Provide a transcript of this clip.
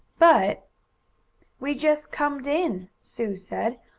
but we just comed in, sue said.